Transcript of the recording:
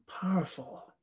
powerful